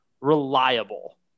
reliable